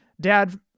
Dad